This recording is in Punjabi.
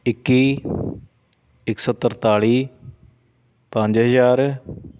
ਇੱਕੀ ਇੱਕ ਸੌ ਤਰਤਾਲੀ ਪੰਜ ਹਜ਼ਾਰ